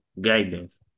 guidance